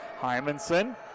Hymanson